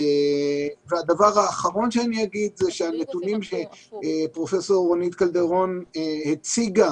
הדבר האחרון שאגיד זה שהנתונים שפרופ' רונית קלדרון הציגה